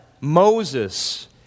Moses